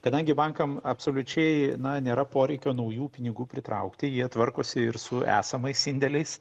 kadangi bankam absoliučiai na nėra poreikio naujų pinigų pritraukti jie tvarkosi ir su esamais indėliais